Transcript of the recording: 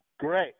Great